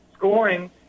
Scoring